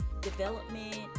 development